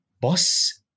Boss